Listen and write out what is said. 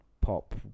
pop